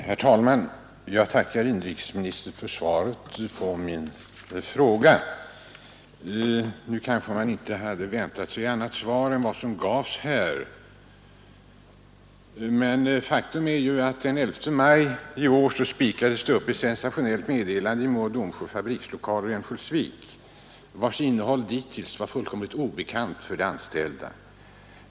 Herr talman! Jag tackar inrikesministern för svaret på min fråga. Man hade kanske inte väntat sig annat svar än vad som gavs. Faktum är dock att den 11 maj i år spikades det upp ett sensationellt meddelande i Mo och Domsjö AB:s fabrikslokaler i Örnsköldsvik, vars innehåll dittills varit fullkomligt obekant för de anställda.